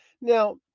Now